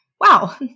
wow